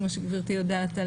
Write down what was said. כמו שגברתי יודעת,